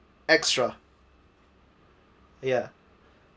extra ya